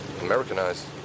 Americanized